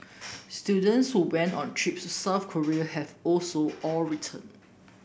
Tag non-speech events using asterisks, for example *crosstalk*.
*noise* students who went on trips to South Korea have also all returned